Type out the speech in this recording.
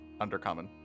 Undercommon